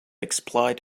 exploit